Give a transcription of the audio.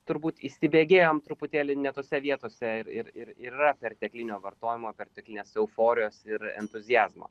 turbūt įsibėgėjom truputėlį ne tose vietose ir ir ir yra perteklinio vartojimo perteklinės euforijos ir entuziazmo